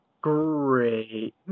great